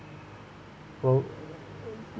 well